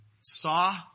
saw